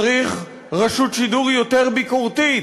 צריך רשות שידור יותר ביקורתית.